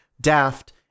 Daft